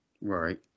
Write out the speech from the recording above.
Right